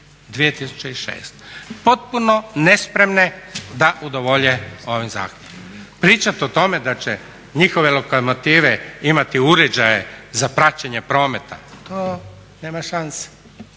Potpuno nespremne da udovolje ovim zahtjevima. Pričati o tome da će njihove lokomotive imati uređaje za praćenje prometa, to nema šanse,